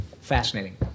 fascinating